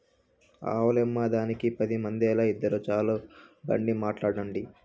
ఆవులమ్మేదానికి పది మందేల, ఇద్దురు చాలు బండి మాట్లాడండి